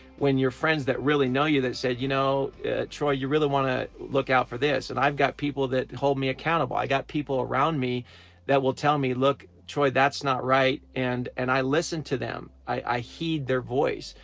when your friends that really know you, that say you know troi, you really want to look out for this. and i've got people that hold me accountable, i've got people around me that will tell me look troi, that's not right. and and i listen to them, i heed their voice,